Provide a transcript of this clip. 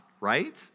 right